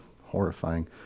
horrifying